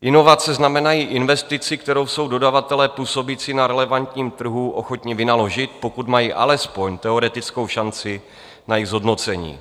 Inovace znamenají investici, kterou jsou dodavatelé působící na relevantním trhu ochotni vynaložit, pokud mají alespoň teoretickou šanci na její zhodnocení.